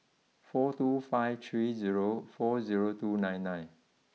four two five three zero four zero two nine nine